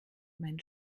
mein